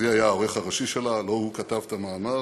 אבי היה העורך הראשי שלה, לא הוא כתב את המאמר.